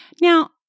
Now